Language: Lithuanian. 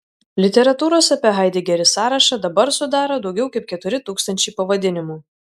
literatūros apie haidegerį sąrašą dabar sudaro daugiau kaip keturi tūkstančiai pavadinimų